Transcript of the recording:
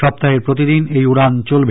সপ্তাহের প্রতিদিন এই উডান চলবে